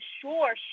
sure